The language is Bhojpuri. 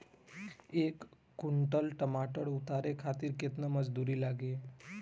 एक कुंटल टमाटर उतारे खातिर केतना मजदूरी लागी?